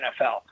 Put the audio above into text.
NFL